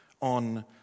on